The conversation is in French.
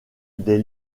des